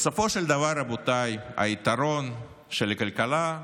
בסופו של דבר, רבותיי, היתרון של הכלכלה,